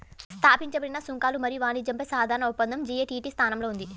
స్థాపించబడిన సుంకాలు మరియు వాణిజ్యంపై సాధారణ ఒప్పందం జి.ఎ.టి.టి స్థానంలో ఉంది